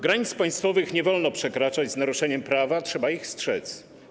Granic państwowych nie wolno przekraczać z naruszeniem prawa, trzeba ich strzec.